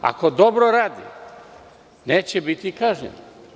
Ako dobro radi, neće biti kažnjen.